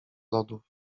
lodów